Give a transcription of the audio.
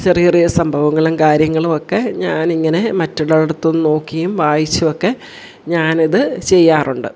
ചെറിയ ചെറിയ സംഭവങ്ങളും കാര്യങ്ങളുമൊക്കെ ഞാനിങ്ങനെ മറ്റുള്ളയിടത്തു നിന്നു നോക്കിയും വായിച്ചും ഒക്കെ ഞാനത് ചെയ്യാറുണ്ട്